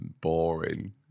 boring